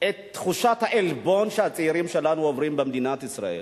את תחושת העלבון שהצעירים שלנו עוברים במדינת ישראל,